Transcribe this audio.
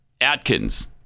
atkins